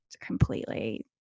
completely